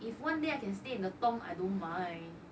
if one day I can stay in the 东 I don't mind